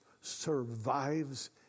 survives